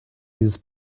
dieses